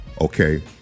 Okay